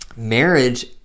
marriage